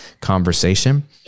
conversation